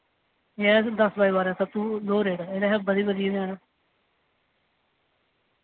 ऐ बी दस बाय बारां सबतों लोह् रेट एह्दे हा बधिया बधिया बी हैन